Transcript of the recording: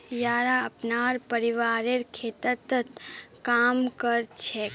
येरा अपनार परिवारेर खेततत् काम कर छेक